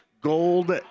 Gold